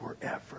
forever